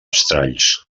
estralls